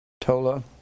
Tola